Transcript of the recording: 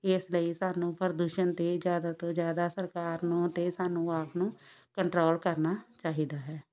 ਇਸ ਲਈ ਸਾਨੂੰ ਪ੍ਰਦੂਸ਼ਣ 'ਤੇ ਜ਼ਿਆਦਾ ਤੋਂ ਜ਼ਿਆਦਾ ਸਰਕਾਰ ਨੂੰ ਅਤੇ ਸਾਨੂੰ ਆਪ ਨੂੰ ਕੰਟਰੋਲ ਕਰਨਾ ਚਾਹੀਦਾ ਹੈ